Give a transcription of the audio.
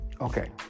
Okay